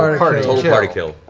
um party party kill.